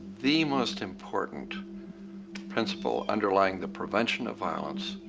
the most important principle underlying the prevention of violence